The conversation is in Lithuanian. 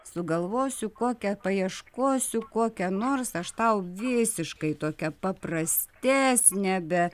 sugalvosiu kokią paieškosiu kokią nors aš tau visiškai tokią paprastesnę be